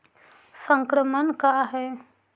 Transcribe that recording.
संक्रमण का है?